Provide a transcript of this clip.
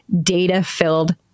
data-filled